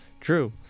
true